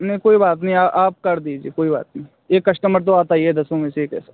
नहीं कोई बात नहीं आप कर दीजिए कोई बात नहीं एक कश्टमर तो आता ही है दसों में से एक ऐसा